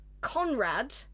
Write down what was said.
Conrad